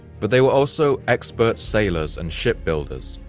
but they were also expert sailors and shipbuilders,